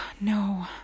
No